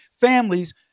families